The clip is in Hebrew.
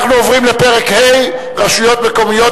אנחנו עוברים לפרק ח': רשויות מקומיות.